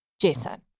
Jason